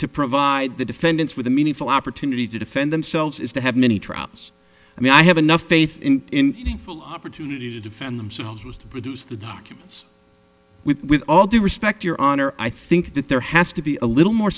to provide the defendants with a meaningful opportunity to defend themselves is to have many trials i mean i have enough faith in full opportunity to defend themselves with produce the documents with all due respect your honor i think that there has to be a little more